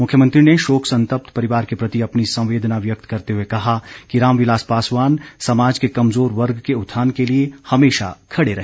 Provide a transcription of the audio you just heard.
मुख्यमंत्री ने शोक संतप्त परिवार के प्रति अपनी संवेदना व्यक्त करते हुए कहा कि रामविलास पासवान समाज के कमजोर वर्ग के उत्थान के लिए हमेशा खड़े रहे